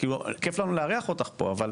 כיף לנו לארח אותך פה, אבל